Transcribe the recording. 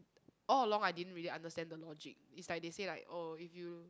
all along I didn't really understand the logic is like they say like oh if you